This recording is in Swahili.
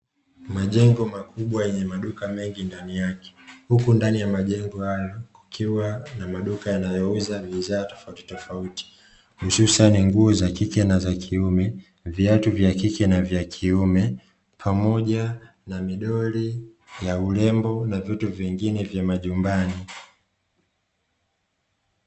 Majengo makubwa yenye maduka mengi ndani yake, huku ndani ya majengo haya kuna maduka yanayouza bidhaa za aina tofauti tofauti hususani nguo za kike na kiume, viatu vya kike na kiume pamoja na midoli na vitu vingine vya nyumbani.